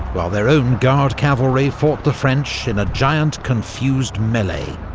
while their own guard cavalry fought the french in a giant, confused melee,